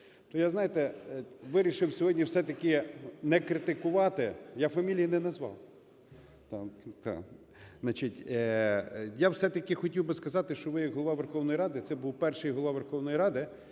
То я, знаєте, вирішив сьогодні все-таки не критикувати, я фамілії не назвав, значить. Я все-таки хотів би сказати, що ви як Голова Верховної Ради - це був перший Голова Верховної Ради,